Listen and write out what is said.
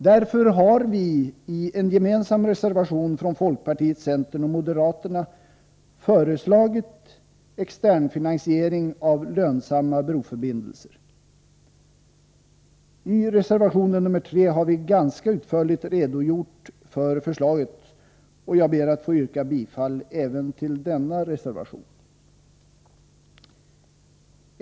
Därför har folkpartiet, centern och moderaterna i en gemensam reservation föreslagit externfinansiering av lönsamma broförbindelser. I reservationen — nr 3 — har vi ganska utförligt redogjort för förslaget, och jag ber att få yrka bifall till även denna reservation.